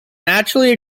naturally